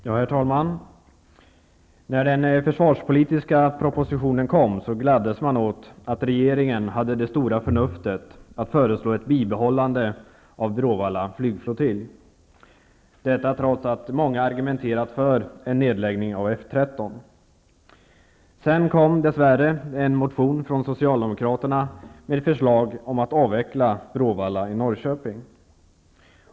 Herr talman! När den försvarspolitiska propositionen kom gladdes man åt att regeringen hade det stora förnuftet att föreslå ett bibehållande av Bråvalla flygflottilj. Detta trots att många argumenterat för en nedläggning av F 13. Sedan kom dessvärre en motion från Socialdemokraterna om att avveckla Bråvalla i Norrköping.